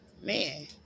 man